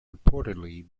reportedly